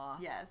yes